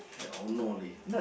the Ono leh